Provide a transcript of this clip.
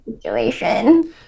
situation